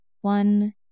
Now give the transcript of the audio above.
One